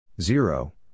zero